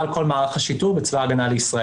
על כל מערך השיטור בצבא ההגנה לישראל.